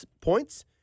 Points